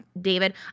David